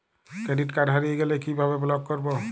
Credit card হারিয়ে গেলে কি ভাবে ব্লক করবো?